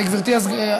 סליחה,